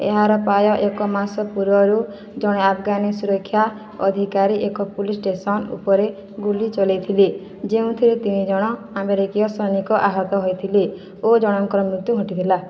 ଏହାର ପ୍ରାୟ ଏକ ମାସ ପୂର୍ବରୁ ଜଣେ ଆଫଗାନ୍ ସୁରକ୍ଷା ଅଧିକାରୀ ଏକ ପୋଲିସ୍ ଷ୍ଟେସନ୍ ଉପରେ ଗୁଲି ଚଲେଇଥିଲେ ଯେଉଁଥିରେ ତିନି ଜଣ ଆମେରିକୀୟ ସୈନିକ ଆହତ ହୋଇଥିଲେ ଓ ଜଣଙ୍କର ମୃତ୍ୟୁ ଘଟିଥିଲା